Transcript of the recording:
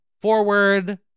forward